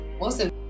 Awesome